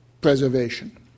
preservation